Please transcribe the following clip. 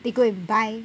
they go and buy